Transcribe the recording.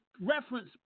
reference